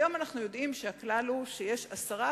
היום אנחנו יודעים שהכלל הוא שיש עשרה